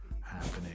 happening